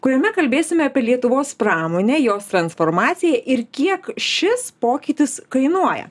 kuriame kalbėsime apie lietuvos pramonę jos transformaciją ir kiek šis pokytis kainuoja